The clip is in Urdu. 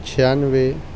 چھیانوے